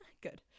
Good